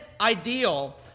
ideal